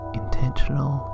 intentional